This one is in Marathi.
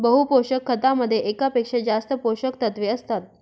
बहु पोषक खतामध्ये एकापेक्षा जास्त पोषकतत्वे असतात